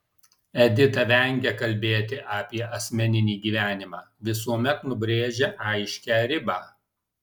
edita vengia kalbėti apie asmeninį gyvenimą visuomet nubrėžia aiškią ribą